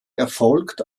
erfolgt